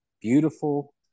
beautiful